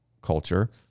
culture